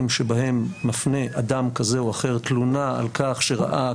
שבהם מפנה אדם כזה או אחר תלונה על כך שראה,